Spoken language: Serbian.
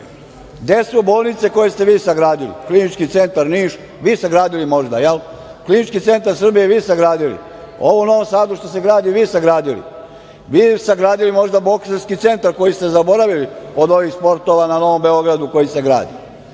su bolnice koje ste vi sagradili, Klinički centar Niš, vi sagradili možda, jel? Klinički centar Srbije, vi sagradili? Ovo u Novom Sadu što se gradi, vi sagradili? Vi sagradili možda Bokserski centar koji ste zaboravili od ovih sportova na Novom Beogradu, koji se gradi?